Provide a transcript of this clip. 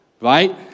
right